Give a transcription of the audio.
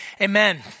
Amen